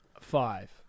five